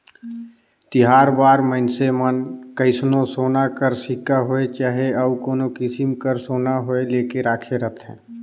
तिहार बार मइनसे मन कइसनो सोना कर सिक्का होए चहे अउ कोनो किसिम कर सोना होए लेके राखे रहथें